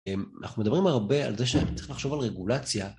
אנחנו מדברים הרבה על זה שהם צריכים לחשוב על רגולציה.